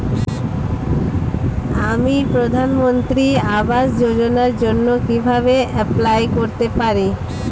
আমি প্রধানমন্ত্রী আবাস যোজনার জন্য কিভাবে এপ্লাই করতে পারি?